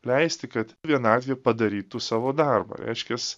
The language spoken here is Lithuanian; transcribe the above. leisti kad vienatvė padarytų savo darbą reiškias